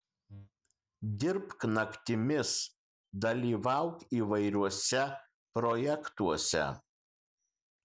dirbk naktimis dalyvauk įvairiuose projektuose